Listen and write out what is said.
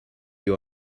you